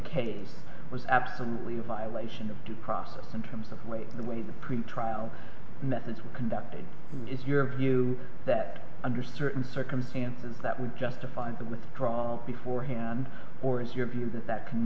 case was absolutely a violation of due process in terms of the way the pretrial methods were conducted it's your view that under certain circumstances that would justify been withdrawn before hand or is your view that that c